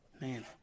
Man